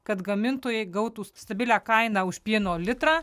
kad gamintojai gautų stabilią kainą už pieno litrą